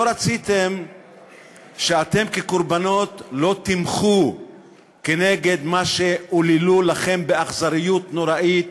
לא רציתם שאתם כקורבנות לא תמחו כנגד מה שעוללו לכם באכזריות נוראית